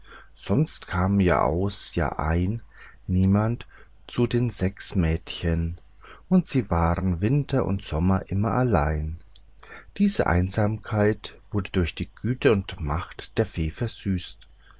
sonst kam jahraus jahrein niemand zu den sechs mädchen und sie waren winter und sommer immer allein diese einsamkeit wurde durch die güte und macht der fee versüßt